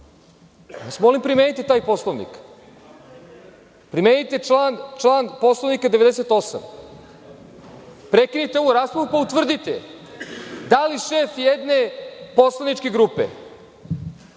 vas, primenite taj Poslovnik. Primenite član 98. Poslovnika. Prekinite ovu raspravu pa utvrdite da li šef jedne poslaničke grupe,